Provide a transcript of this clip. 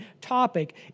topic